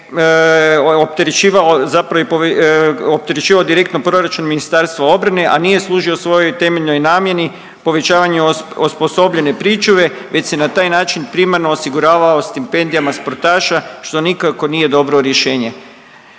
opterećivao direktno proračun Ministarstva obrane, a nije služio svojoj temeljnoj namjeni povećavanju osposobljene pričuve već se na taj način primarno osiguravao stipendijama sportaša što nikako nije dobro rješenje.